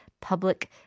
public